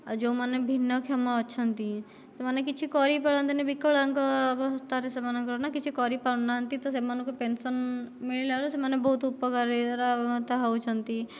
ଆଉ ଯେଉଁମାନେ ଭିନ୍ନକ୍ଷମ ଅଛନ୍ତି ସେମାନେ କିଛି କରିପାରନ୍ତିନି ବିକଳାଙ୍ଗ ଅବସ୍ଥାରେ ସେମାନଙ୍କର ନା କିଛି କରିପାରୁନାହାନ୍ତି ତ ସେମାନଙ୍କୁ ପେନ୍ସନ୍ ମିଳିଲାରୁ ସେମାନେ ବହୁତ ଉପକାରଇଏରାତା ହେଉଛନ୍ତି